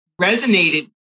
resonated